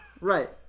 Right